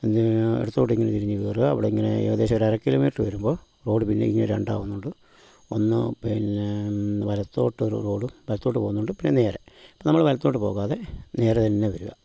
പിന്നെ ഇടത്തോട്ടിങ്ങനെ തിരിഞ്ഞ് കയറുക അവിടിങ്ങനെ ഏകദേശം ഒരു അര കിലോമീറ്ററ് വരുമ്പോൾ റോഡ് പിന്നേയും ഇങ്ങനെ രണ്ടാകുന്നുണ്ട് ഒന്ന് പിന്നെ വലത്തോട്ടൊരു റോഡ് വലത്തോട്ട് പോകുന്നുണ്ട് പിന്നെ നേരെ നമ്മള് വലത്തോട്ട് പോകാതെ നേരെ തന്നെ വരിക